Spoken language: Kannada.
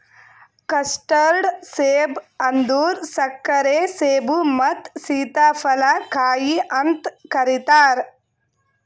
ಕಸ್ಟರ್ಡ್ ಸೇಬ ಅಂದುರ್ ಸಕ್ಕರೆ ಸೇಬು ಮತ್ತ ಸೀತಾಫಲ ಕಾಯಿ ಅಂತ್ ಕರಿತಾರ್